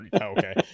okay